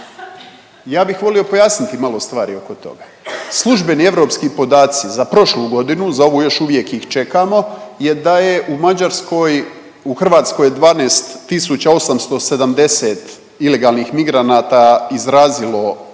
Ja bih volio pojasniti malo stvari oko toga. Službeni europski podaci za prošlu godinu, za ovu još uvijek ih čekamo je da je u Mađarskoj, u Hrvatskoj je 12 870 ilegalnih migranata izrazilo